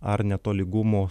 ar netolygumų